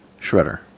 Shredder